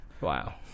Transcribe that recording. Wow